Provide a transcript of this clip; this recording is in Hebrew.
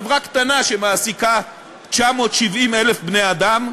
חברה "קטנה" שמעסיקה 970,000 בני-אדם,